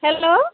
hello